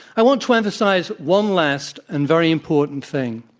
i want to emphasize one last and very important thing.